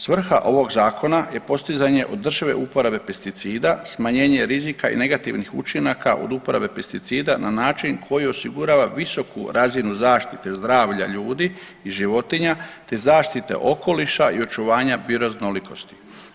Svrha ovog zakona je postizanje održive uporabe pesticida, smanjenje rizika i negativnih učinaka od uporabe pesticida na način koji osigurava visoku razinu zaštite zdravlja ljudi i životinja te zaštite okoliša i očuvanja bioraznolikosti.